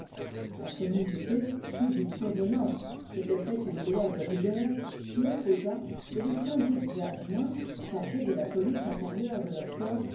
la communauté qui d'une convenance s'était fait une loi de rigueur s'y opposa et les syndics et adjoints chargés de la police intérieure de leur corps